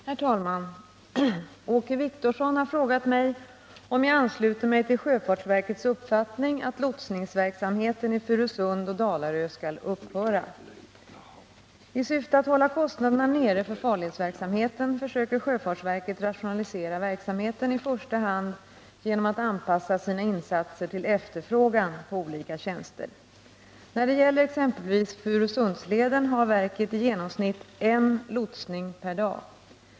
Herr talman! Åke Wictorsson har frågat mig om jag ansluter mig till sjöfartsverkets uppfattning att lotsningsverksamheten i Furusund och Dalarö skall upphöra. I syfte att hålla kostnaderna nere för farledsverksamheten försöker sjöfartsverket rationalisera verksamheten i första hand genom att anpassa sina insatser till efterfrågan på olika tjänster. När det gäller exempelvis Furusundsleden har verket i genomsnitt en lotsning per dag.